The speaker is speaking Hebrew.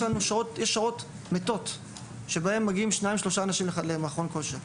יש שעות מתות שבהן מגיעים שניים-שלושה אנשים למכון כושר.